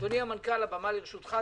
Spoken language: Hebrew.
אדוני המנכ"ל, הבמה לרשותך.